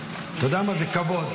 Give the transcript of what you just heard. אתה יודע מה, זה כבוד.